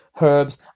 herbs